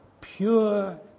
pure